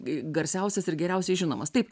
garsiausias ir geriausiai žinomas taip